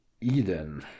Eden